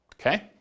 Okay